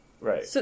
Right